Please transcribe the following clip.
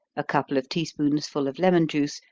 a couple of tea spoonsful of lemon juice,